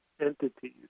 entities